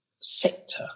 sector